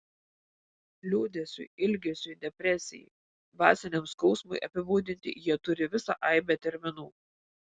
liūdesiui ilgesiui depresijai dvasiniam skausmui apibūdinti jie turi visą aibę terminų